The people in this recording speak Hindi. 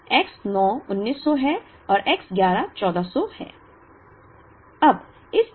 X8 1000 है X 9 1900 है और X11 1400 है